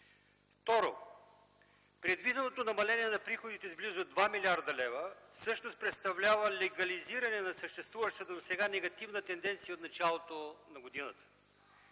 Второ, предвиденото намаление на приходите с близо 2 млн. лв. всъщност представлява легализиране на съществуващата досега негативна тенденция от началото на годината.